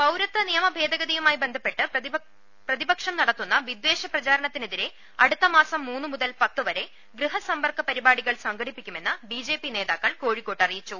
പൌരത്വ നിയമഭേദഗതിയുമായി ബ്ന്ധപ്പെട്ട് പ്രതിപക്ഷം നട ത്തുന്ന വിദ്ധേഷ പ്രചാരണത്തിനെതിരെ അടുത്തമാസം മൂന്ന് മുതൽ പത്ത് വരെ ഗൃഹസമ്പർക്ക് പ്രിപാടികൾ സംഘടിപ്പിക്കുമെന്ന് ബിജെപി നേതാക്കൾ ക്യോഴിക്കോട്ട് അറിയിച്ചു